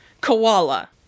koala